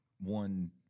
one